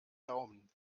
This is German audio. daumen